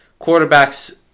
quarterbacks